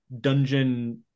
dungeon